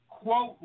quote